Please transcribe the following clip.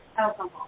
alcohol